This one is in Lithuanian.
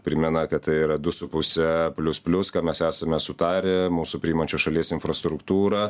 primena kad tai yra du su puse plius plius ką mes esame sutarę mūsų priimančios šalies infrastruktūra